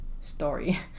story